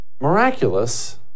Miraculous